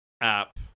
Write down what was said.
app